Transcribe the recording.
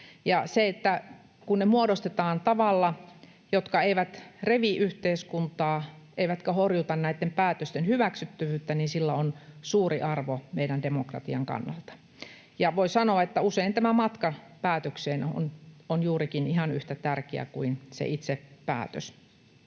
että ne muodostetaan tavalla, joka ei revi yhteiskuntaa eikä horjuta näitten päätösten hyväksyttävyyttä, on suuri arvo meidän demokratian kannalta. Voi sanoa, että usein tämä matka päätökseen on juurikin ihan yhtä tärkeä kuin se itse päätös,